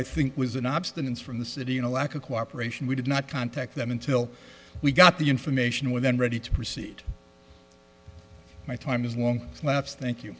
i think was an abstinence from the city and a lack of cooperation we did not contact them until we got the information with them ready to proceed my time is long laughs thank you